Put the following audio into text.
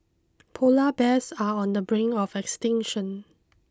polar bears are on the brink of extinction